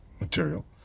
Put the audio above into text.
material